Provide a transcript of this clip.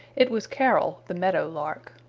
it was carol the meadow lark.